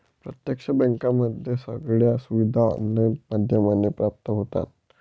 प्रत्यक्ष बँकेमध्ये सगळ्या सुविधा ऑनलाईन माध्यमाने प्राप्त होतात